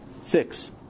Six